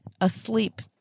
asleep